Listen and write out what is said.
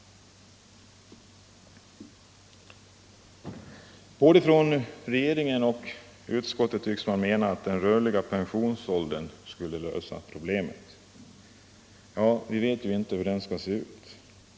Både regeringen och utskottet tycks mena att den rörliga pensionsåldern skulle lösa problemet. Vi vet ju inte hur den skall se ut.